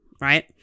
right